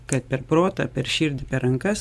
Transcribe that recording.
kad per protą per širdį per rankas